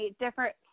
different